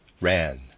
ran